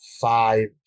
five